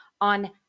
on